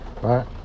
Right